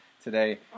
today